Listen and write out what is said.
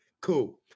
Cool